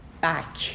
back